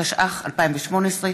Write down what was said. התשע"ח 2018,